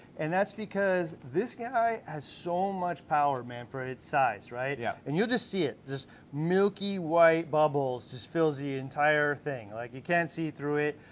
and that's because this guy has so much power, man, for it's size, right? yeah. and you'll just see it, just milky white bubbles just fills the entire thing. like you can't see through it,